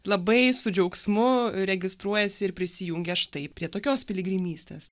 labai su džiaugsmu registruojasi ir prisijungia štai prie tokios piligrimystės